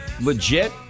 legit